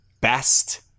best